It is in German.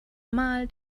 mal